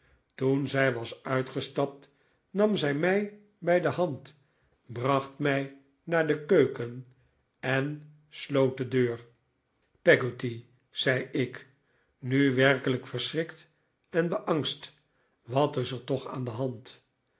toen zij was uitgestapt nam zij mij bij de hand braeht mij naar de keuken en sloot de deur irpeggotty zei ik nu werkelijk verschrikt en beangst wat is er toch aan de hand